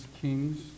Kings